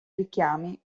richiami